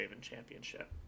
Championship